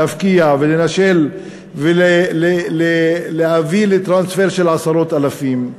להפקיע ולנשל ולהביא לטרנספר של עשרות אלפים,